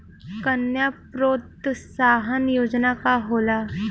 कन्या प्रोत्साहन योजना का होला?